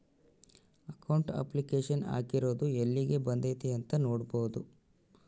account application ಹಾಕಿರೊದು ಯೆಲ್ಲಿಗ್ ಬಂದೈತೀ ಅಂತ ನೋಡ್ಬೊದು